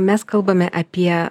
mes kalbame apie